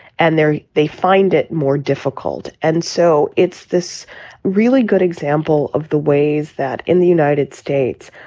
and there they find it more difficult and so it's this really good example of the ways that in the united states,